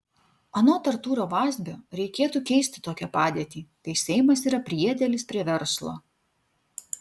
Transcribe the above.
anot artūro vazbio reikėtų keisti tokią padėtį kai seimas yra priedėlis prie verslo